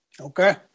Okay